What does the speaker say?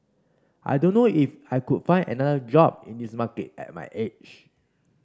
I don't know if I could find another job in this market at my age